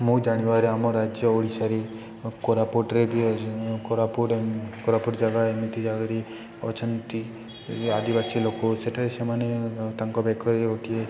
ମୁଁ ଜାଣିବାରେ ଆମ ରାଜ୍ୟ ଓଡ଼ିଶାରେ କୋରାପୁଟରେ ବି କୋରାପୁଟ କୋରାପୁଟ ଜାଗା ଏମିତି ଜାଗାରେ ଅଛନ୍ତି ଆଦିବାସୀ ଲୋକ ସେଠାରେ ସେମାନେ ତାଙ୍କ ବେକରେ ଗୋଟିଏ